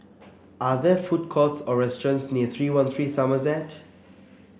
are there food courts or restaurants near three one three Somerset